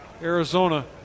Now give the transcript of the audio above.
Arizona